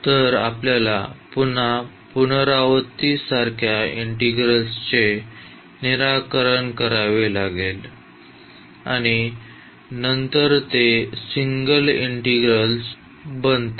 तर आपल्याला पुन्हा पुनरावृत्ती सारख्या इंटिग्रल्सचे निराकरण करावे लागेल आणि नंतर ते सिंगल इंटिग्रल्स बनतील